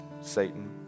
Satan